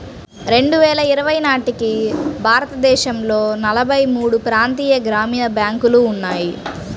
రెండు వేల ఇరవై నాటికి భారతదేశంలో నలభై మూడు ప్రాంతీయ గ్రామీణ బ్యాంకులు ఉన్నాయి